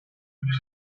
sept